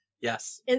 yes